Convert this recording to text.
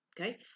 Okay